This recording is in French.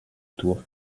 tour